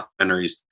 documentaries